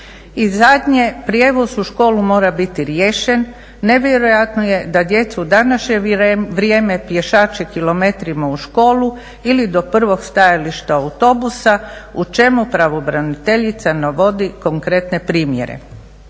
I zadnje, prijevoz u školu mora biti riješen. Nevjerojatno je da djeca u današnje vrijeme pješače kilometrima u školu ili do prvog stajališta autobusa u čemu pravobraniteljica navodi konkretne primjere.